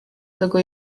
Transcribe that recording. tego